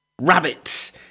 rabbits